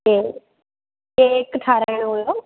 cake ठाराइणो हुओ